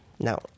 Now